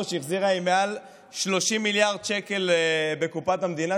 שהחזירה מעל 30 מיליארד שקל לקופת המדינה,